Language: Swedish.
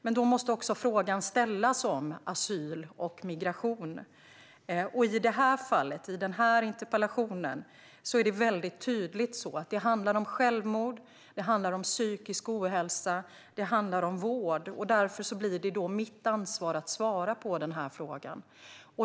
Men då måste frågan ställas om asyl och migration. I den här interpellationen handlar det väldigt tydligt om självmord, psykisk ohälsa och vård. Därför blir det mitt ansvar att svara på frågan.